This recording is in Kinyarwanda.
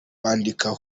bandika